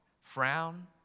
frown